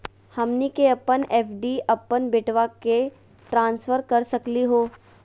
हमनी के अपन एफ.डी अपन बेटवा क ट्रांसफर कर सकली हो?